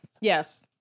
Yes